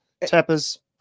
Tappers